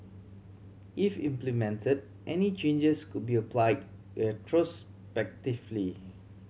if implemented any changes could be applied retrospectively